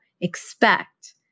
expect